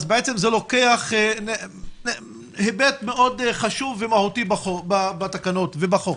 בעצם זה לוקח היבט מאוד חשוב ומהותי בתקנות ובחוק.